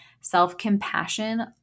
self-compassion